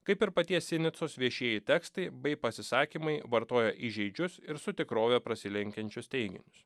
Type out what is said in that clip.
kaip ir paties sinicos viešieji tekstai bei pasisakymai vartoja įžeidžius ir su tikrove prasilenkiančius teiginius